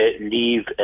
leave